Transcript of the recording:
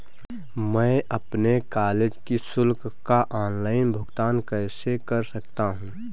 मैं अपने कॉलेज की शुल्क का ऑनलाइन भुगतान कैसे कर सकता हूँ?